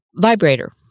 vibrator